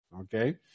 Okay